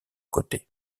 côté